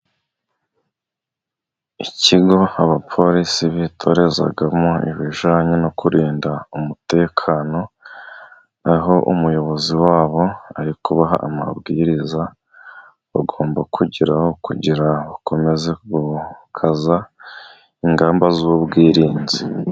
Ikigo abapolisi bitorezagamo ibijanye no kurinda umutekano, aho umuyobozi wabo arikubaha amabwiriza bagomba kugeraho, kugira bakomeze gukaza ingamba z'ubwirinzi.